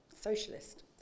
Socialist